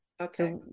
Okay